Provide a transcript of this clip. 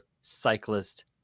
cyclist